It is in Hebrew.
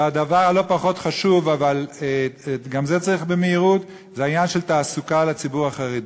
ולא פחות חשוב אבל גם זה צריך להיעשות במהירות: תעסוקה לציבור החרדי.